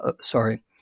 Sorry